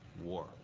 war